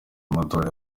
matora